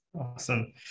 Awesome